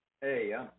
Hey